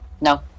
No